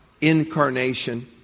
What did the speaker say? incarnation